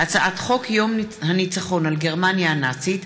הצעת חוק יום הניצחון על גרמניה הנאצית,